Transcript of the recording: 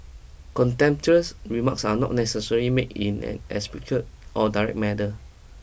contemptuous remarks are not necessary made in an explicit or direct manner